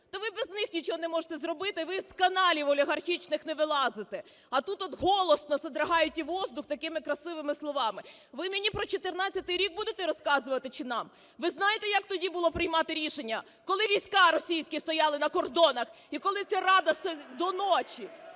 Та ви без них нічого не можете зробити, ви з каналів олігархічних не вилазите, а тут от голосно содрогаете воздух такими красивими словами. Ви мені про 14-й рік будете розказувати чи нам? Ви знаєте як тоді було приймати рішення, коли війська російські стояли на кордонах і коли ця Рада... до ночі?